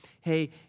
hey